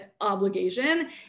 obligation